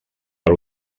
per